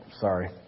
Sorry